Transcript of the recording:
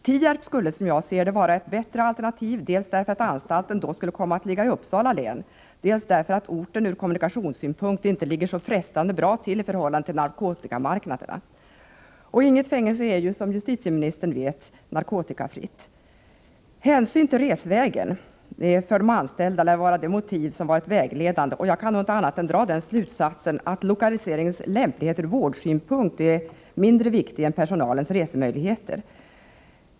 Tierp skulle, som jag ser det, vara ett bättre alternativ, dels därför att anstalten skulle komma att ligga i Uppsala län, dels därför att orten ur kommunikationssynpunkt inte ligger så frestande nära narkotikamarknaderna. Inget fängelse är ju, som justitieministern vet, narkotikafritt. Hänsynen till resvägen för de anställda lär vara det motiv som varit vägledande. Jag kan inte annat än dra den slutsatsen att lokaliseringens lämplighet ur vårdsynpunkt är mindre viktig än personalens resemöjligheter.